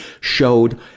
showed